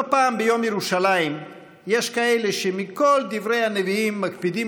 לא פעם ביום ירושלים יש כאלה שמכל דברי הנביאים מקפידים